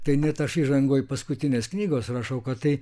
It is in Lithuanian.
tai net aš įžangoj paskutinės knygos rašau kad tai